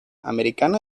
americana